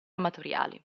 amatoriali